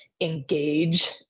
engage